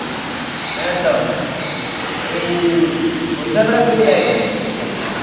ᱦᱮᱸ ᱛᱚ ᱤᱧ ᱵᱩᱨᱥᱟᱹ ᱵᱮᱲᱟ ᱠᱷᱚᱱᱤᱧ ᱞᱟᱹᱭᱫᱟ